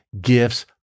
gifts